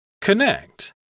Connect